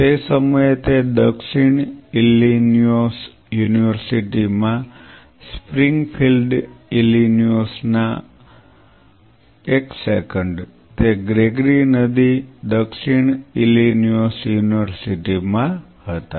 તે સમયે તે દક્ષિણ ઇલિનોઇસ યુનિવર્સિટીમાં સ્પ્રિંગફીલ્ડ ઇલિનોઇસમાં એક સેકન્ડ તે ગ્રેગરી નદી દક્ષિણ ઇલિનોઇસ યુનિવર્સિટીમાં હતા